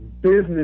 business